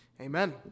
Amen